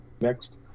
Next